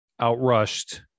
outrushed